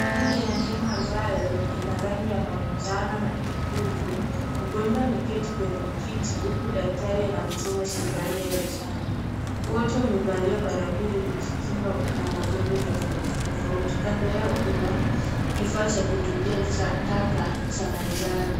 Chini ya hema ,ambayo ina rangi ya manjano na nyekundu. Mgonjwa, ameketi kwenye kiti huku daktari anamchoma sindano ya chanjo. Wote wamevalia balakoa ili kujikinga na magonjwa tofauti tofauti. Kando yao kuna kifaa cha kutupia cha taka cha manjano.